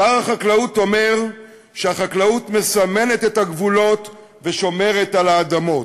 שר החקלאות אומר שהחקלאות מסמנת את הגבולות ושומרת על האדמות,